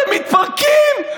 אתם מתפרקים?